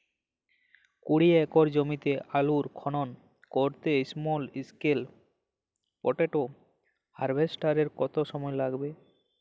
কুড়ি একর জমিতে আলুর খনন করতে স্মল স্কেল পটেটো হারভেস্টারের কত সময় লাগবে?